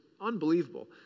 unbelievable